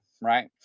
right